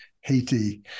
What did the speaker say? Haiti